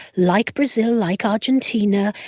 like brazil, like argentina,